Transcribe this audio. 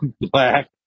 black